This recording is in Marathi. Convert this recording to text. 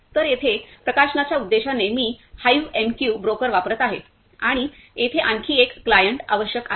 तर येथे प्रकाशनाच्या उद्देशाने मी हाईव्ह एम क्यू ब्रोकर वापरत आहे आणि येथे आणखी एक क्लायंट आवश्यक आहे